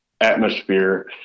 atmosphere